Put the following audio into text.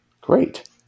Great